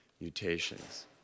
mutations